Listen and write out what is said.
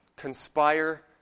conspire